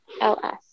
L-S